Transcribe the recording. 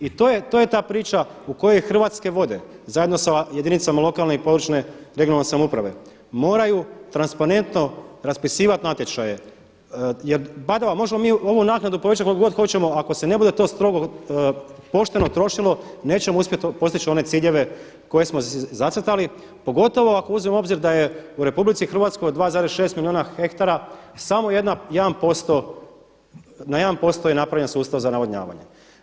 I to je ta priča u kojoj Hrvatske vode zajedno sa jedinice lokalne (regionalne) i područne samouprave moraju transparentno raspisivati natječaje jer badava možemo mi ovu naknadu povećati koliko god hoćemo ako se ne bude to pošteno trošilo nećemo uspjeti postići one ciljeve koje smo si zacrtali, pogotovo ako uzmemo u obzir da je u RH 2,6 milijuna hektara samo na jedan posto je napravljen sustav za navodnjavanje.